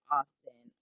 often